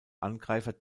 angreifer